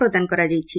ପ୍ରଦାନ କରାଯାଇଛି